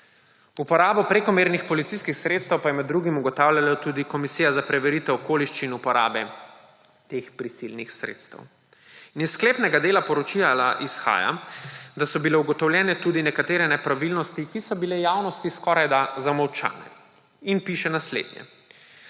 Uporabo prekomernih policijskih sredstev pa je med drugim ugotavljala tudi komisija za preveritev okoliščin uporabe teh prisilnih sredstev. In iz sklepnega dela poročila izhaja, da so bile ugotovljene tudi nekatere nepravilnosti, ki so bile javnosti skorajda zamolčane. In piše naslednje: